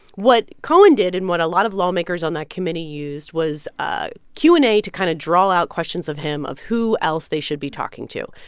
what cohen did and what a lot of lawmakers on that committee used was ah q and a to kind of draw out questions of him of who else they should be talking to.